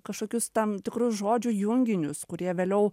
kažkokius tam tikrus žodžių junginius kurie vėliau